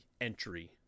entry